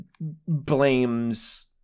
blames